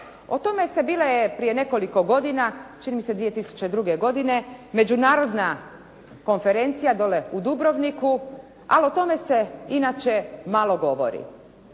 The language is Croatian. O tome se bila je prije nekoliko godina čini mi se 2002. godine međunarodna konferencija dolje u Dubrovniku, ali o tome se inače malo govori.